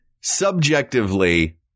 subjectively